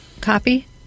copy